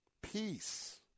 peace